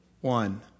one